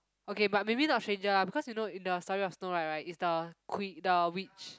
okay but maybe not stranger lah because you know in the story of Snow-White right is the queen the witch